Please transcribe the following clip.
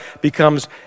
becomes